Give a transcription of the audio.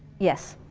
yes.